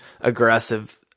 aggressive